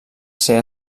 ser